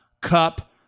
Cup